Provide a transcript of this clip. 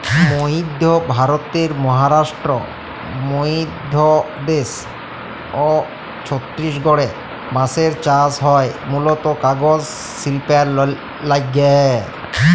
মইধ্য ভারতের মহারাস্ট্র, মইধ্যপদেস অ ছত্তিসগঢ়ে বাঁসের চাস হয় মুলত কাগজ সিল্পের লাগ্যে